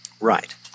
Right